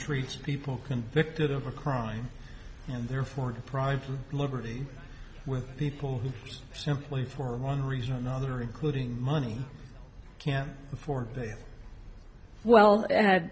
reach people convicted of a crime and therefore deprived of liberty with people who simply for one reason or another including money can't afford a well